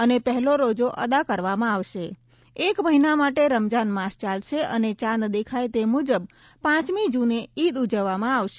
અને પહેલો રોજો અદા કરવામાં આવશે એક મહિના માટે રમજાન માસ ચાલશે અને ચાંદ દેખાય તે મુજબ પાંચમી જૂને ઇદ ઉજવવામાં આવશે